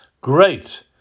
Great